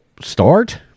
start